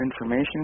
information